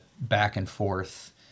back-and-forth